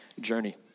journey